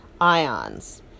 ions